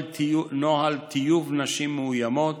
נוהל טיוב נשים מאוימות,